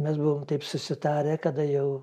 mes buvom taip susitarę kada jau